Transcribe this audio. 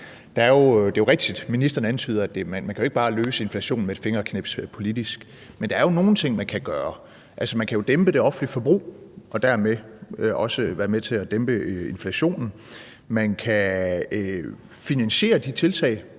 ministeren antyder det – at man jo ikke bare kan løse inflationen med et fingerknips politisk, men der er nogle ting, man kan gøre. Man kan jo dæmpe det offentlige forbrug og dermed også være med til at dæmpe inflationen. Man kan finansiere de tiltag,